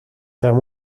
frères